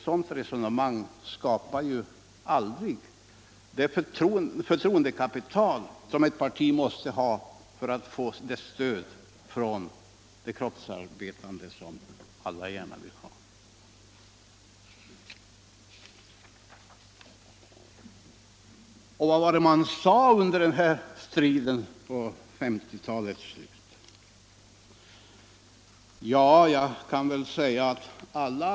Sådana resonemang skapar ju aldrig det förtroendekapital som ett parti måste ha för att få det stöd från de kroppsarbetande som alla gärna vill ha. Vad var det som sades under den här striden i slutet på 1950-talet?